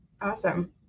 Awesome